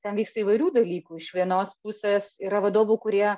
ten vyksta įvairių dalykų iš vienos pusės yra vadovų kurie